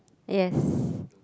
yes